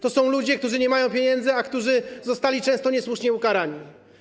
To są ludzie, którzy nie mają pieniędzy, a którzy zostali często niesłusznie ukarani.